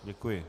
Děkuji.